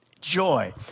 joy